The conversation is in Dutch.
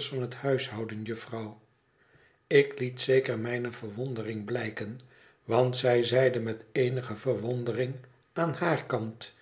van het huishouden jufvrouw ik liet zeker mijne verwondering blijken want zij zeide met eenige verwondering aan haar kant